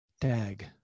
tag